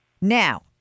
now